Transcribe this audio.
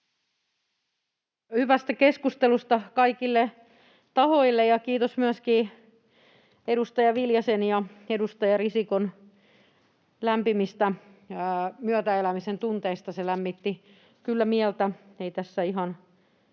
hyvästä keskustelusta kaikille tahoille ja kiitos myöskin edustaja Viljasen ja edustaja Risikon lämpimistä myötäelämisen tunteista. Se lämmitti kyllä mieltä. Ei tässä ihan